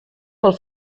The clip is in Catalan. pel